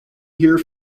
here